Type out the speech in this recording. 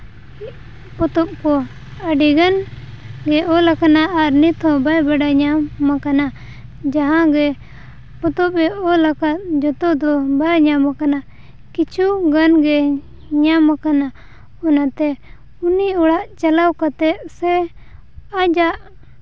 ᱯᱚᱛᱚᱵᱽ ᱠᱚ ᱟᱹᱰᱤᱜᱟᱱ ᱜᱮ ᱚᱞ ᱟᱠᱟᱱᱟ ᱟᱨ ᱱᱤᱛ ᱦᱚᱸ ᱵᱟᱭ ᱵᱟᱰᱟᱭ ᱧᱟᱢ ᱟᱠᱟᱱᱟ ᱡᱟᱦᱟᱸ ᱜᱮ ᱯᱚᱛᱚᱵᱼᱮ ᱚᱞ ᱟᱠᱟᱫ ᱡᱚᱛᱚ ᱫᱚ ᱵᱟᱭ ᱧᱟᱢ ᱟᱠᱟᱱᱟ ᱠᱤᱪᱷᱩ ᱜᱟᱱ ᱜᱮ ᱧᱟᱢ ᱟᱠᱟᱱᱟ ᱚᱱᱟᱛᱮ ᱩᱱᱤ ᱚᱲᱟᱜ ᱪᱟᱞᱟᱣ ᱠᱟᱛᱮᱫ ᱥᱮ ᱟᱡᱟᱜ